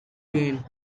gain